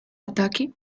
ataque